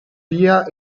via